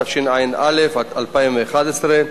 התשע"א 2011,